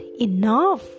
enough